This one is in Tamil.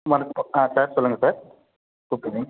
வணக்கம் ஆ சார் சொல்லுங்கள் சார் கூப்பிட்ருந்தீங்க